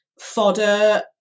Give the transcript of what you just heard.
fodder